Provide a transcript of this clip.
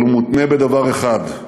אבל הוא מותנה בדבר אחד: